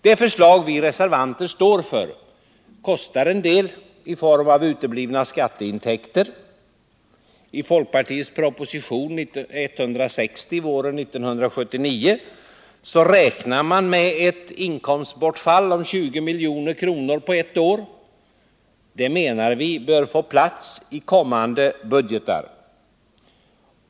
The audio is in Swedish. Det förslag som vi reservanter står för kostar en del i form av uteblivna skatteintäkter. I folkpartiets proposition 160 våren 1979 räknade man med ett inkomstbortfall om 20 milj.kr. på ett år. Det menar vi bör få plats i kommande budgetar.